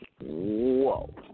whoa